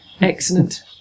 excellent